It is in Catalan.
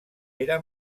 era